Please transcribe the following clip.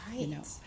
Right